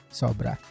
sobra